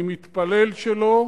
אני מתפלל שלא.